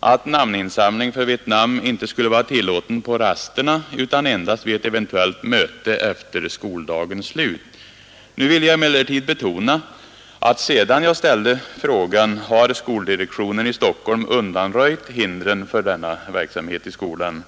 att namninsamling för Vietnam inte skulle vara tillåten på rasterna utan endast vid ett eventuellt möte efter skoldagens slut. Nu vill jag emellertid betona att sedan jag ställde frågan har skoldirektionen i Stockholm undanröjt hindren för denna verksamhet i skolan.